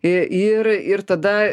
ir ir tada